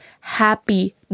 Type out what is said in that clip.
happy